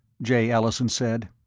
jay allison said.